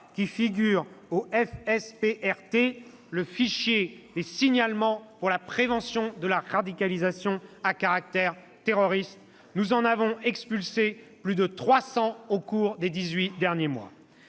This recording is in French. qui figurent au FSPRT, le fichier des signalements pour la prévention de la radicalisation à caractère terroriste- nous en avons expulsé plus de 300 au cours des dix-huit derniers mois